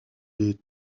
des